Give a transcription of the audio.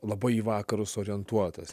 labai į vakarus orientuotas